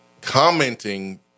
commenting